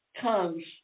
comes